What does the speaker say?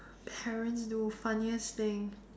parents do funniest thing